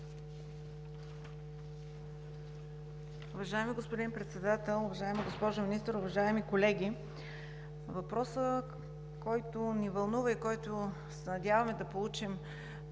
въпросът, който ни вълнува и на който се надяваме да получим